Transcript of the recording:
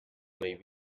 may